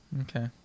Okay